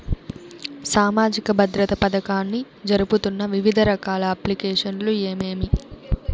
సామాజిక భద్రత పథకాన్ని జరుపుతున్న వివిధ రకాల అప్లికేషన్లు ఏమేమి?